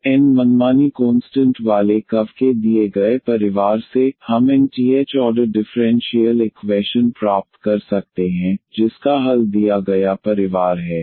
तो n मनमानी constant वाले कर्व के दिए गए परिवार से हम nth ऑर्डर डिफरेंशियल इक्वैशन प्राप्त कर सकते हैं जिसका हल दिया गया परिवार है